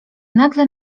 nagle